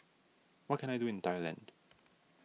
what can I do in Thailand